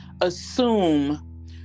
assume